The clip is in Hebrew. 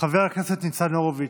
חבר הכנסת ניצן הורוביץ,